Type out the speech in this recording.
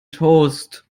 toast